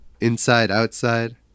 inside-outside